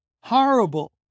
horrible